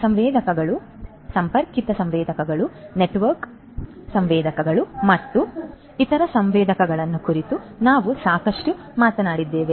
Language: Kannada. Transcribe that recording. ಸಂವೇದಕಗಳು ಸಂಪರ್ಕಿತ ಸಂವೇದಕಗಳು ನೆಟ್ವರ್ಕ್ ಮಾಡಲಾದ ಸಂವೇದಕಗಳು ಮತ್ತು ಸಂವೇದಕ ನೆಟ್ವರ್ಕ್ಗಳ ಕುರಿತು ನಾವು ಸಾಕಷ್ಟು ಮಾತನಾಡಿದ್ದೇವೆ